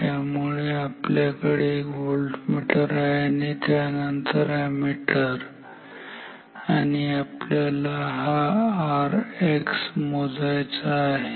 त्यामुळे आपल्याकडे एक व्होल्टमीटर आहे आणि त्यानंतर अॅमीटर आणि आपल्याला हा Rx मोजायचा आहे